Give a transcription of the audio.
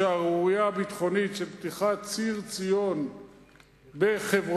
לשערורייה הביטחונית של פתיחת ציר ציון בחברון,